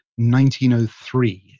1903